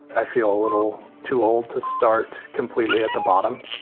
i feel a little too old to start completely at the bottom